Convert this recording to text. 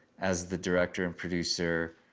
as the director and producer,